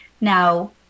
Now